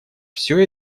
все